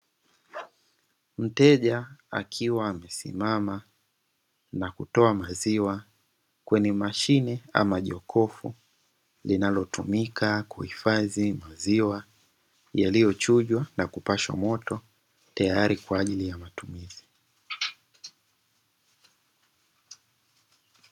Mteja akiwa amesimama na kutoa maziwa kwenye mashine ama jokofu linalotumika kuhifadhi maziwa, yaliyochujwa na kupashwa moto tayari kwa ajili ya matumizi.